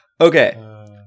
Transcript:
Okay